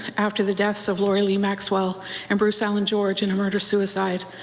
after the deaths of lorelei lee maxwell and bruce allen george in a murder-suicide.